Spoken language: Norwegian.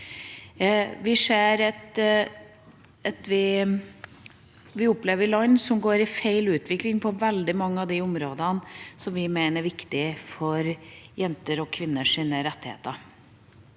Vi opplever land som går i feil utviklingsretning på veldig mange av de områdene som vi mener er viktige for jenters og kvinners rettigheter.